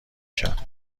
کرد